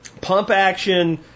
pump-action